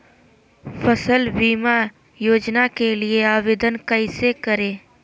फसल बीमा योजना के लिए आवेदन कैसे करें?